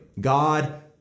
God